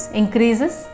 increases